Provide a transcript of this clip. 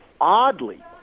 oddly